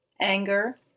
anger